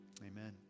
Amen